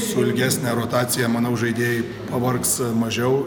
su ilgesne rotacija manau žaidėjai pavargs mažiau